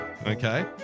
Okay